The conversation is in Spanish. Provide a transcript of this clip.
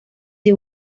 the